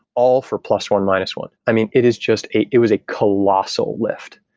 all for plus one, minus one. i mean, it is just a it was a colossal lift.